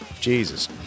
Jesus